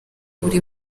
buri